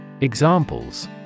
Examples